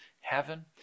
heaven